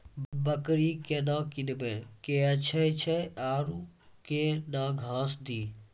बकरी केना कीनब केअचछ छ औरू के न घास दी?